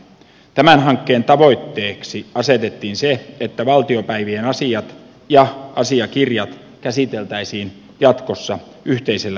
tämän hankkeen tavoitteeksi asetettiin se että valtiopäivien asiat ja asiakirjat käsiteltäisiin jatkossa yhteisellä järjestelmällä